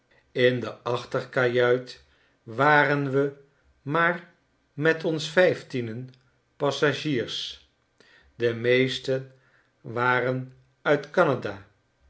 in de achterkajuit waren we maar met ons vijftienen passagiers de meesten waren uit